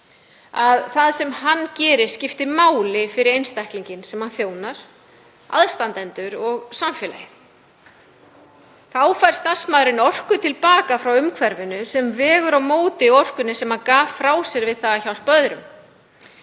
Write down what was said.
að það sem hann gerir skipti máli fyrir einstaklinginn sem hann þjónar, aðstandendur og samfélagið. Þá fær starfsmaðurinn orku til baka frá umhverfinu sem vegur á móti orkunni sem hann gaf af sér við það að hjálpa öðrum.